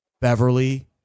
Beverly